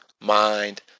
mind